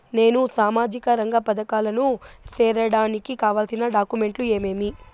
నేను సామాజిక రంగ పథకాలకు సేరడానికి కావాల్సిన డాక్యుమెంట్లు ఏమేమీ?